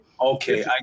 Okay